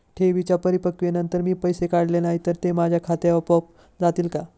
ठेवींच्या परिपक्वतेनंतर मी पैसे काढले नाही तर ते माझ्या खात्यावर आपोआप जातील का?